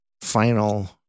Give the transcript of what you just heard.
final